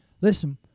Listen